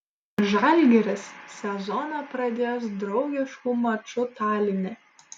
žalgiris sezoną pradės draugišku maču taline